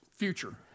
future